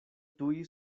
tuj